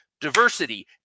diversity